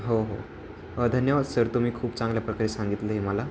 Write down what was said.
हो हो धन्यवाद सर तुम्ही खूप चांगल्या प्रकारे सांगितलं हे मला